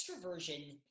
extroversion